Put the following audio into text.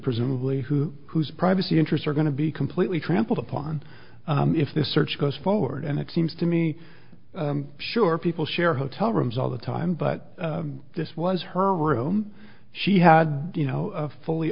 presumably who whose privacy interests are going to be completely trampled upon if this search goes forward and it seems to me sure people share hotel rooms all the time but this was her room she had you know fully